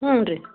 ಹ್ಞೂ ರೀ